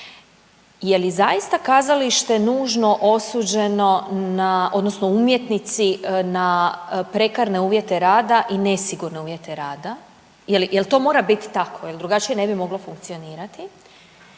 Je li zaista kazalište nužno osuđeno na odnosno umjetnici na prekarne uvjete rada i nesigurne uvjete rada? Jel' to mora biti tako jel' drugačije ne bi moglo funkcionirati?